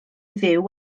dduw